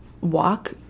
walk